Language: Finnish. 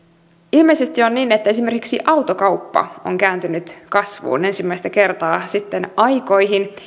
ilmeisesti on niin että esimerkiksi autokauppa on kääntynyt kasvuun ensimmäistä kertaa sitten aikoihin